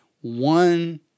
one